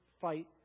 fight